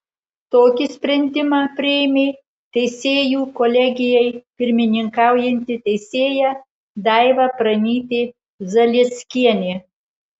tokį sprendimą priėmė teisėjų kolegijai pirmininkaujanti teisėja daiva pranytė zalieckienė